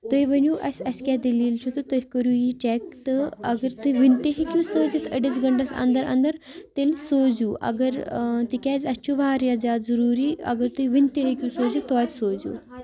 تُہۍ ؤنِو اَسہِ اَسہِ کیٛاہ دٔلیٖل چھِ تہٕ تُہۍ کٔرِو یہِ چیک تہٕ اگر تُہۍ وٕنۍتہِ ہیٚکِو سوٗزِتھ أڑِس گنٹَس اندر اندر تیٚلہِ سوٗزِو اگر تِکیٛازِ اَسہِ چھُ واریاہ زیادٕ ضٔروٗری اگر تُہۍ وٕنۍتہِ ہیٚکِو سوٗزِتھ توتہِ سوٗزِو